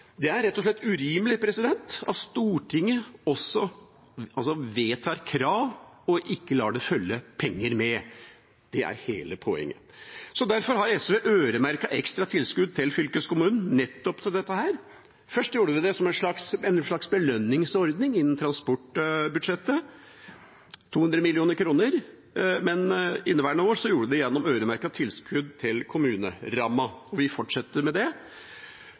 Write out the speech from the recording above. Det er rett og slett urimelig at Stortinget vedtar krav og ikke lar det følge penger med. Det er hele poenget. Derfor har SV øremerket ekstra tilskudd til fylkeskommunene nettopp til dette. Først gjorde vi det som en slags belønningsordning innen transportbudsjettet, med 200 mill. kr, men inneværende år gjorde vi det gjennom øremerkede tilskudd til kommunerammen, og vi fortsetter med det.